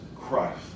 Christ